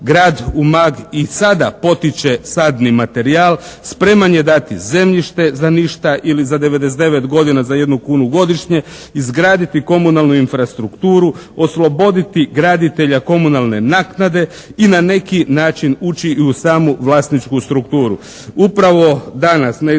Grad Umag i sada potiče sadni materijal, spreman je dati zemljište za ništa ili za 99 godina za 1 kunu godišnje, izgraditi infrastrukturu, osloboditi graditelja komunalne naknade i na neki način ući i u samu vlasničku strukturu.